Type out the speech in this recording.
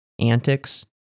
antics